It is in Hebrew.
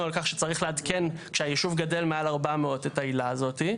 על כך שצריך לעדכן שהיישוב גדל מעל 400 את העילה הזאת,